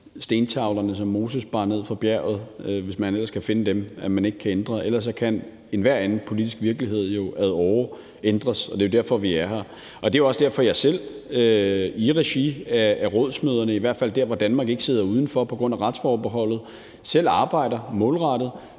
stentavlerne, som Moses bar ned fra bjerget – hvis man ellers kan finde dem – som man ikke kan ændre; ellers kan enhver anden politisk virkelighed jo ad åre ændres. Det er derfor, vi er her, og det er jo også derfor, at jeg selv i regi af rådsmøderne, i hvert fald der, hvor Danmark ikke sidder udenfor på grund af retsforbeholdet, arbejder målrettet